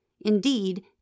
indeed